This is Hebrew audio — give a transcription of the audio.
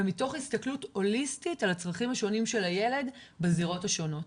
ומתוך הסתכלות הוליסטית על הצרכים השונים של הילד בזירות השונות.